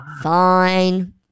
Fine